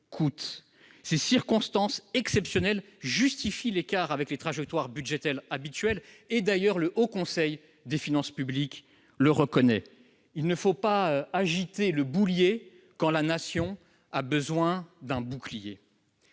Ces circonstances exceptionnelles justifient l'écart avec les trajectoires budgétaires habituelles, comme l'a reconnu le Haut Conseil des finances publiques. Il ne faut pas agiter le boulier quand la Nation a besoin d'un bouclier.